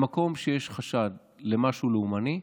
במקום שיש חשד למשהו לאומני,